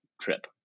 trip